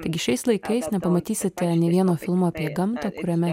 taigi šiais laikais nepamatysite nė vieno filmo apie gamtą kuriame